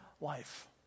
life